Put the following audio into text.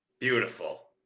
Beautiful